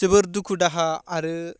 जोबोर दुखु दाहा आरो